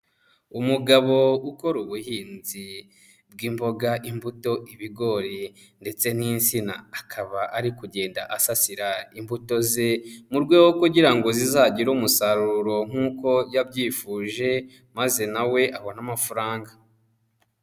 Umugabo ukora ubuhinzi bw'imboga, imbuto, ibigori ndetse n'insina. Akaba ari kugenda asasira imbuto ze mu rwego rwo kugira ngo zizagire umusaruro nk'uko yabyifuje maze na we abone amafaranga.